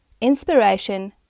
inspiration